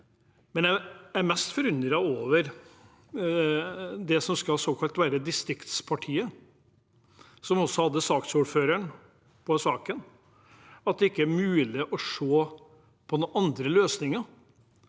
Jeg er mest forundret over det som såkalt skal være distriktspartiet, og som har saksordføreren for saken, at det ikke er mulig å se andre løsninger.